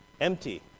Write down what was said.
empty